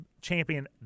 champion